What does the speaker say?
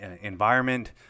environment